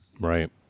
Right